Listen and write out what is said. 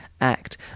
act